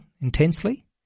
intensely